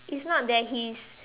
it's not that he is